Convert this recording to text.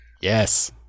Yes